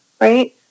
right